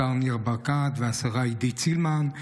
השר ניר ברקת והשרה עידית סילמן.